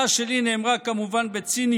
סליחה, אבי, חברי הנכבד, סליחה.